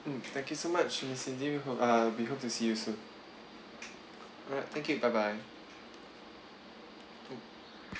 mm thank you so much miss cindy uh we hope to see you soon alright thank you bye bye